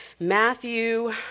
Matthew